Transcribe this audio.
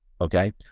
Okay